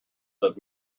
says